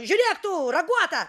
žiūrėk tu raguota